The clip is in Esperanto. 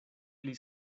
pli